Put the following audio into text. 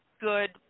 good